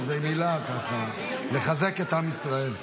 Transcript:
מילה לחזק את עם ישראל.